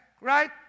right